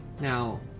Now